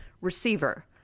receiver